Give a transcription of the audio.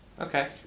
Okay